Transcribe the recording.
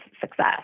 success